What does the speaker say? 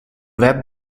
web